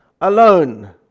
alone